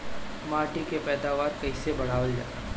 माटी के पैदावार कईसे बढ़ावल जाला?